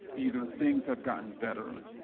either things have gotten better,